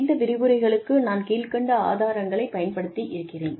இந்த விரிவுரைகளுக்கு நான் கீழ்க்கண்ட ஆதாரங்களைப் பயன்படுத்தி இருக்கிறேன்